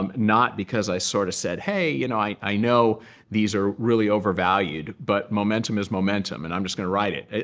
um not because i sort of said, hey, and i i know these are really overvalued, but momentum is momentum. and i'm just going to ride it.